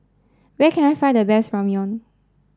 where can I find the best Ramyeon